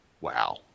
wow